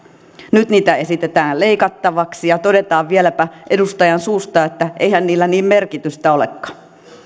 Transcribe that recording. nyt niitä esitetään leikattavaksi ja todetaan vieläpä edustajan suusta että eihän niillä niin merkitystä olekaan